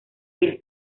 bill